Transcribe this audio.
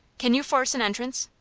can you force an entrance?